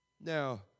Now